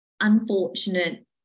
unfortunate